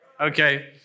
Okay